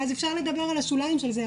ואז אפשר לדבר על השוליים של זה,